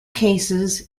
cases